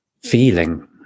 feeling